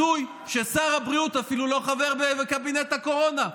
הזוי שאפילו שר הבריאות לא חבר בקבינט הקורונה,